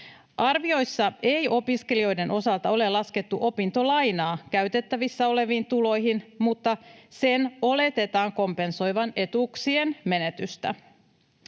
Arvioissa ei opiskelijoiden osalta ole laskettu opintolainaa käytettävissä oleviin tuloihin, mutta sen oletetaan kompensoivan etuuksien menetystä.